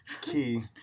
Key